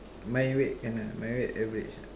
my weight can ah my weight average ah